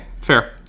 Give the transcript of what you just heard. Fair